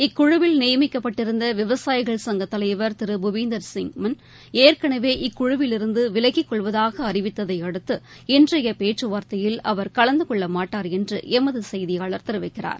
இக்குழுவில் நியமிக்கப்பட்டிருந்த விவசாயிகள் சங்க தலைவர் திரு புபீந்தர்சிய் மன் ஏற்கனவே இக்குழுவிலிருந்து விலகிக் கொள்வதாக அறிவித்ததை அடுத்து இன்றைய பேச்சுவார்த்தையில் அவா் கலந்து கொள்ளமாட்டார் என்று எமது செய்தியாளர் தெரிவிக்கிறார்